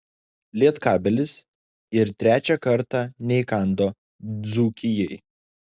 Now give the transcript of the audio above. lietkabelis ir trečią kartą neįkando dzūkijai